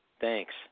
Thanks